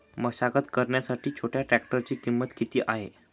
मशागत करण्यासाठी छोट्या ट्रॅक्टरची किंमत किती आहे?